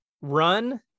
run